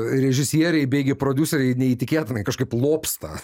režisieriai beigi prodiuseriai neįtikėtinai kažkaip lobsta